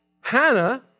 Hannah